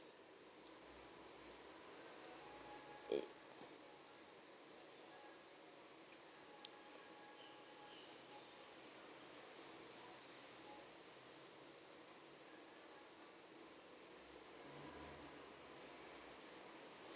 it